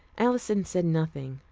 alison said nothing,